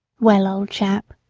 well, old chap,